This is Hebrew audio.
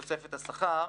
תוספת השכר: